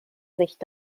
sicht